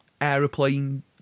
aeroplane